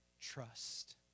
Trust